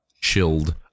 chilled